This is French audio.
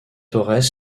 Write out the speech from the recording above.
torres